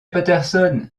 patterson